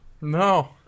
No